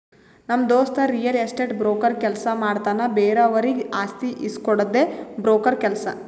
ನಮ್ ದೋಸ್ತ real estate broker ಕೆಲ್ಸ ಮಾಡ್ತಾನ್ ಬೇರೆವರಿಗ್ ಆಸ್ತಿ ಇಸ್ಕೊಡ್ಡದೆ ಬ್ರೋಕರ್ ಕೆಲ್ಸ